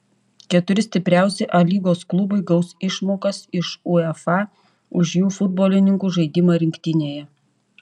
keturi stipriausi a lygos klubai gaus išmokas iš uefa už jų futbolininkų žaidimą rinktinėje